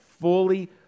fully